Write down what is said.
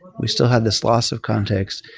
we still had this loss of context,